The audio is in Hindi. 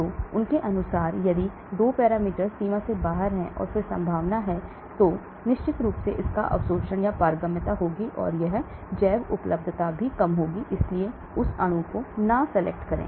तो उनके अनुसार यदि 2 पैरामीटर सीमा से बाहर हैं और फिर संभावना है तो निश्चित रूप से इसका अवशोषण या पारगम्यता होगी और जैव उपलब्धता भी कम होगी इसलिए उस अणु को न लें